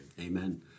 Amen